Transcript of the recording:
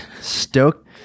Stoked